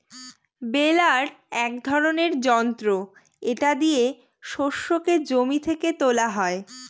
বেলার এক ধরনের যন্ত্র এটা দিয়ে শস্যকে জমি থেকে তোলা হয়